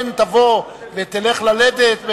פן תבוא ותלך ללדת,